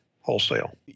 wholesale